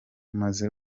maze